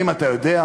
האם אתה יודע?